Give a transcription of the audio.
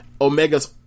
Omegas